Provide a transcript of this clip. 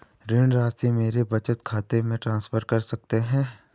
ऋण राशि मेरे बचत खाते में ट्रांसफर कर सकते हैं?